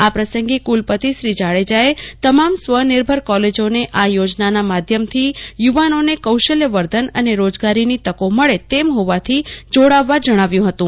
આ પ્રસંગે કુલપતિ શ્રી જાડેજાએ તમામ સ્વનિર્ભર કોલેજોને આ યોજનાના માધ્યમથી યુવાનોને કૌશલ્ય વર્ધન અને રોજગારીની તકો મળે તેમ હોવાથી જોડાવા જણાવ્યું હતું